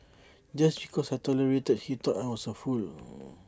just because I tolerated he thought I was A fool